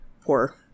poor